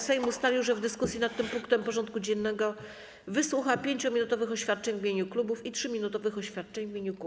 Sejm ustalił, że w dyskusji nad tym punktem porządku dziennego wysłucha 5-minutowych oświadczeń w imieniu klubów i 3-minutowych oświadczeń w imieniu kół.